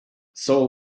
saul